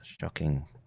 shocking